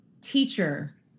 teacher